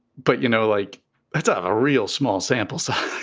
but, you know, like that's a real small sample. so